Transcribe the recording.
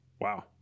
Wow